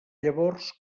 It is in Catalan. llavors